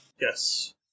Yes